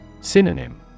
Synonym